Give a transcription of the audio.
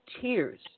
tears